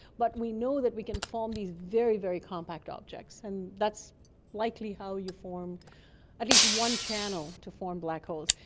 but we know that we can form these very, very compact objects, and that's likely how you form at least one channel to form black holes.